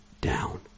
down